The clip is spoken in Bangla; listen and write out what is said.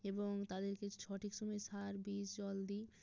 এবং তাদেরকে সঠিক সময় সার বীজ জল দিই